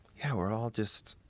yeah, we're all just